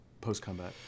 post-combat